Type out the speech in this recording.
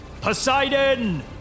Poseidon